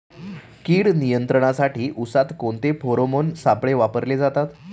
कीड नियंत्रणासाठी उसात कोणते फेरोमोन सापळे वापरले जातात?